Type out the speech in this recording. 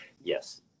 Yes